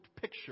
picture